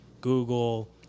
Google